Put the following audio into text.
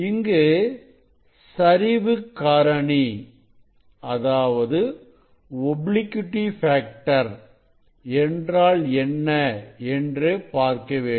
இங்கு சரிவுக்காரணி என்றால் என்ன என்று பார்க்க வேண்டும்